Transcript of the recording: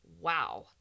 wow